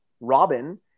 Robin